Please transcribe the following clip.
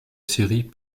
série